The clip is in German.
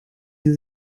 sie